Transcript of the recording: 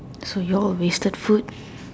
so you all wasted food